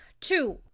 two